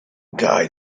guy